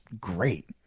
great